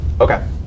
Okay